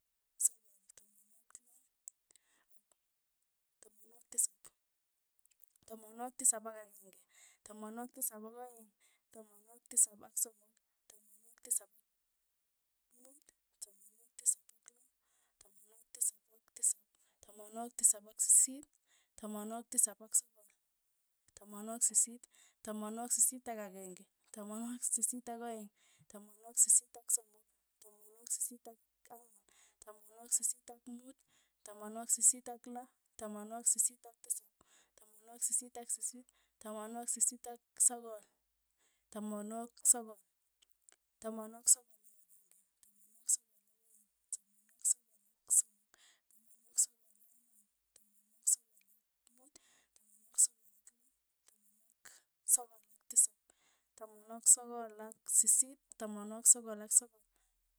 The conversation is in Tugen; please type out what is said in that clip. Sogol, tamanwogik loo ak, tamanwogik tisap, tamanwogik tisap ak akeng'e, tamanwogik tisap ak aeng', tamanwogik tisap ak somok. tamanwogik tisap ak ang'wan, tamanwogik tisap ak muut, tamanwogik tisap ak loo, tamanwogik tisap ak tisap, tamanwogik tisap ak sisiit, tamanwogik tisap ak sogol, tamanwogik sisiit, tamanwogik sisiit ak akeng'e, tamanwogik sisiit ak aeng', tamanwogik sisiit ak somok, tamanwogik sisiit ak ang'wan, tamanwogik sisiit ak muut, tamanwogik sisiit ak loo, tamanwogik sisiit ak tisap, tamanwogik sisiit ak sisiit, tamanwogik sisiit ak sogol, tamanwogik sogol, tamanwogik sogol ak akeng'e, tamanwogik sogol ak aeng', tamanwogik sogol ak somok, tamanwogik sogol ak ang'wan, tamanwogik sogol ak muut, tamanwogik sogol ak loo, tamanwogik sogol ak tisap, tamanwogik sogol ak sisiit, tamanwogik sogol ak sogol.